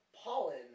pollen